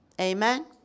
Amen